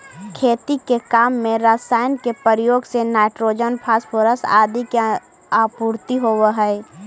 खेती के काम में रसायन के प्रयोग से नाइट्रोजन, फॉस्फोरस आदि के आपूर्ति होवऽ हई